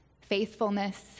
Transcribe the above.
faithfulness